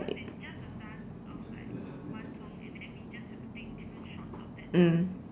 mm